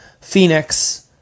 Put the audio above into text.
Phoenix